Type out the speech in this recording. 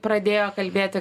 pradėjo kalbėti